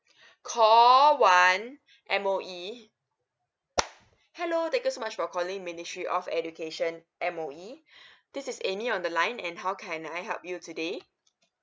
call one M_O_E hello thank you so much for calling ministry of education M_O_E this is amy on the line and how can I help you today